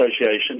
Association